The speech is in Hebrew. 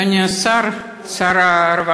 אדוני שר הרווחה,